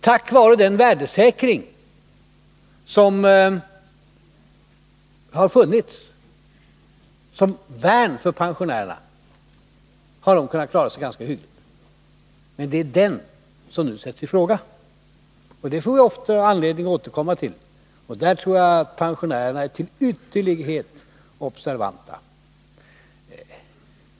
Tack vare den värdesäkring som funnits såsom värn för pensionärerna har de kunnat klara sig. Men det är den värdesäkringen som nu sätts i fråga. Det får vi anledning att återkomma till, och där tror jag att pensionärerna är till ytterlighet observanta.